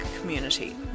community